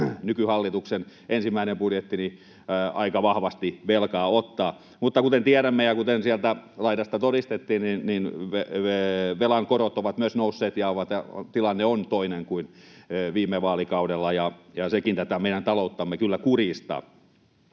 nykyhallituksen ensimmäinen budjetti aika vahvasti velkaa ottaa. Kuten tiedämme ja kuten sieltä laidasta todistettiin, velan korot ovat myös nousseet ja tilanne on toinen kuin viime vaalikaudella, ja sekin meidän talouttamme kyllä kurjistaa.